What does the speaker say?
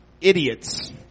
idiots